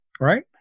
right